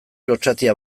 lotsatia